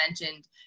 mentioned